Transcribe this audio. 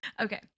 Okay